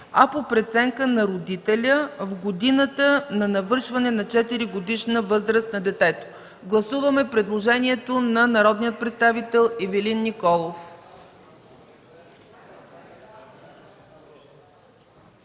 а по преценка на родителя – в годината на навършване на 4-годишна възраст на детето”. Гласуваме предложението на народния представител Ивелин Николов.